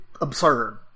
absurd